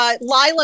Lila